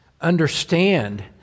understand